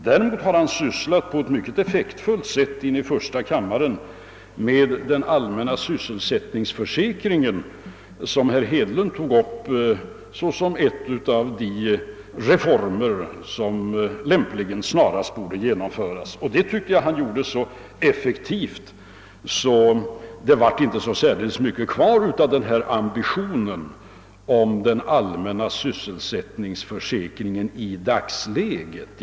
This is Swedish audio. Däremot har han på ett mycket effektfullt sätt i första kammaren sysslat med den allmänna sysselsättningsförsäkring, som herr Hedlund tog upp såsom en av de reformer som lämpligen borde genomföras snarast. Detta tycker jag att herr Arne Geijer gjorde så effektivt, att det inte blev så särdeles mycket kvar av ambitionen om den allmänna sysselsättningsförsäkringen i dagsläget.